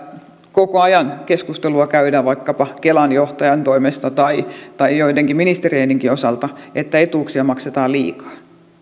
koko ajan keskustelua käydään vaikkapa kelan johtajan toimesta tai tai joidenkin ministerienkin osalta että etuuksia maksetaan liikaa